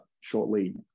shortly